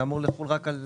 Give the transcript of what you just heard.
זה אמור לחול רק על